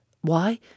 Why